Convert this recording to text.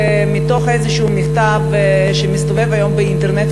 מתוך איזשהו מכתב שמסתובב היום באינטרנט,